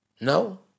No